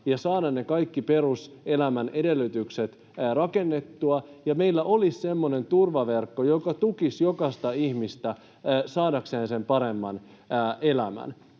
ja saada ne kaikki peruselämänedellytykset rakennettua ja että meillä olisi semmoinen turvaverkko, joka tukisi jokaista ihmistä saamaan sen paremman elämän.